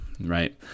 right